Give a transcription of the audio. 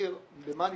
ולהסביר במה נתקלנו.